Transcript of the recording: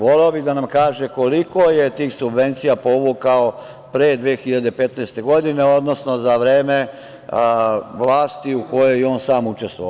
Voleo bih da nam kaže koliko je tih subvencija povukao pre 2015. godine, odnosno za vreme vlasti u kojoj je on sam učestvovao.